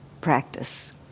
practice